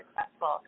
successful